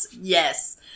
Yes